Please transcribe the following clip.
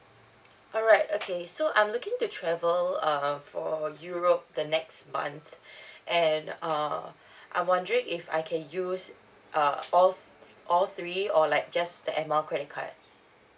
alright okay so I'm looking to travel um for europe the next month and uh I'm wondering if I can use uh all all three or like just the air mile credit card